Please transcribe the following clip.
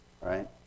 right